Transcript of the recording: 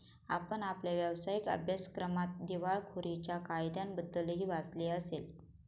आपण आपल्या व्यावसायिक अभ्यासक्रमात दिवाळखोरीच्या कायद्याबद्दलही वाचले असेल